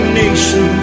nation